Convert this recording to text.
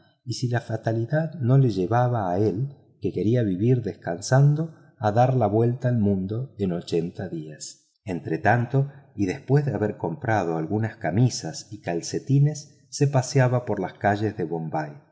y si la fatalidad no le llevaría a él que quería vivir descansado a dar la vuelta al mundo en ochenta días entretanto y después de haber comprado algunas camisas y calcetines se paseaba por las calles de bombay